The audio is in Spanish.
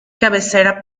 cabecera